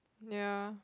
ya